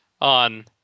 on